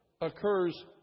occurs